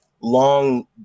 long